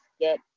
get